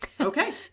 Okay